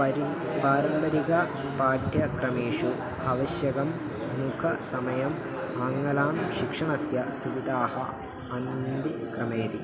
परि पारम्परिक पाठ्यक्रमेषु आवश्यकं मुख्यसमयम् आङ्गलशिक्षणस्य सुविधाः अन्तिक्रमेति